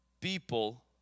People